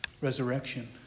resurrection